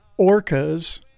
orcas